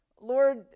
Lord